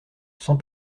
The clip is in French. sans